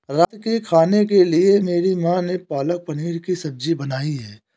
रात के खाने के लिए मेरी मां ने पालक पनीर की सब्जी बनाई है